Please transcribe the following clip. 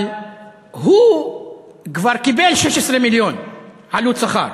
אבל הוא כבר קיבל 16 מיליון, עלות שכר.